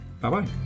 Bye-bye